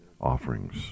offerings